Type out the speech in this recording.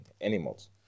animals